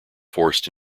forced